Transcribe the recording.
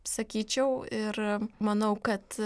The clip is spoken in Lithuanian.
sakyčiau ir manau kad